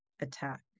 attack